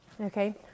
Okay